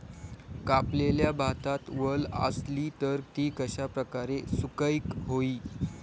कापलेल्या भातात वल आसली तर ती कश्या प्रकारे सुकौक होई?